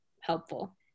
helpful